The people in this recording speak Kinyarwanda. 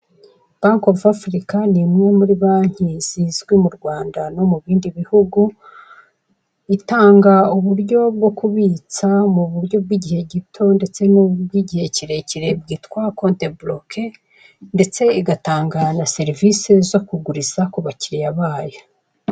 Banke ofu afurika ni imwe muri banki zizwi mu Rwanda no mu bindi bihugu, itanga uburyo bwo kubitsa mu buryo bw'igihe gito ndetse n'ubw'igihe kirekire bwita konte buroke ndetse igatanga na serivise zo kuguriza ku bakiriya bayo.